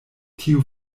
tio